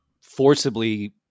forcibly